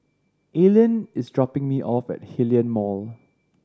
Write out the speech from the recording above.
Aline is dropping me off at Hillion Mall